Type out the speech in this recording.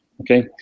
Okay